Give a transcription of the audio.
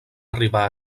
arribar